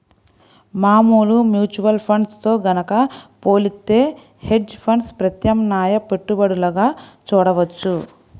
మామూలు mutual funds తో గనక పోలిత్తే హెడ్జ్ ఫండ్స్ ప్రత్యామ్నాయ పెట్టుబడులుగా చూడొచ్చు